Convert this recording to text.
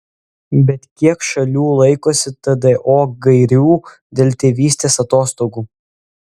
bet kiek šalių laikosi tdo gairių dėl tėvystės atostogų